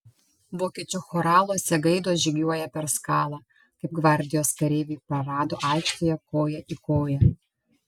vokiečių choraluose gaidos žygiuoja per skalą kaip gvardijos kareiviai parado aikštėje koja į koją